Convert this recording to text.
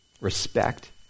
respect